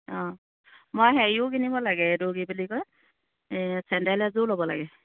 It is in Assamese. অঁ মই হেৰিও কিনিব লাগে এইটো কি বুলি কয় এই চেণ্ডেল এযোৰো ল'ব লাগে